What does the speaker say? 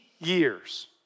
years